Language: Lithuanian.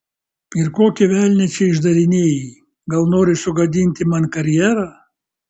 ir kokį velnią čia išdarinėji gal nori sugadinti man karjerą